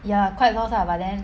ya quite lost lah but then